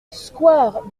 square